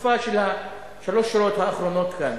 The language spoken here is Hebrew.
תקופה של שלוש השורות האחרונות כאן,